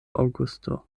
aŭgusto